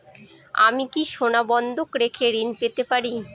আমি কি সোনা বন্ধক রেখে ঋণ পেতে পারি?